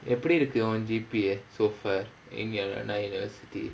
எப்படி இருக்கு உன்:eppadi irukku un G_P_A so far in your anna university